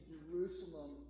Jerusalem